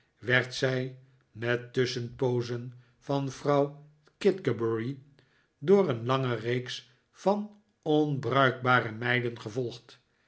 werd zij met tusschenpoozen van vrouw kidgerbury door een lange reeks van onbruikbare meiden gevolgd